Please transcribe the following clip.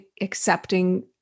accepting